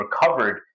recovered